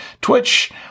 Twitch